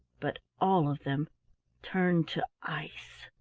but all of them turned to ice.